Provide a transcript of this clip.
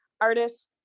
Artists